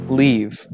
leave